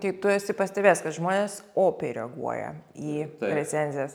tai tu esi pastebėjęs kad žmonės opiai reaguoja į recenzijas